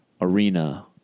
arena